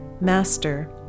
Master